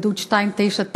גדוד 299,